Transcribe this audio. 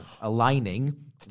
aligning